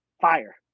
fire